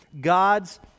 God's